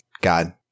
God